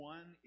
One